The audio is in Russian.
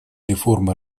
реформы